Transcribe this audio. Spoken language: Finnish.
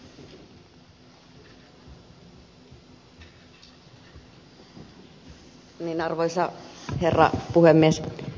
arvoisa herra puhemies